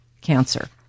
cancer